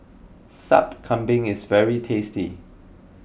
Sup Kambing is very tasty